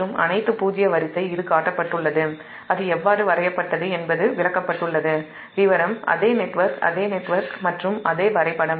மற்றும் அனைத்து பூஜ்ஜிய வரிசை காட்டப்பட்டுள்ளது அது எவ்வாறு வரையப்பட்டது என்பது விவரம் விளக்கப்பட்டுள்ளது அதே நெட்வொர்க் மற்றும் அதே வரைபடம்